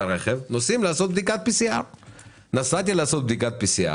נוסעים לעשות בדיקת PCR. עשיתי את זה,